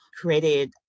created